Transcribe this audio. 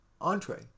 entree